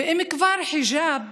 אם כבר חיג'אב,